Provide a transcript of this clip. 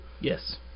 Yes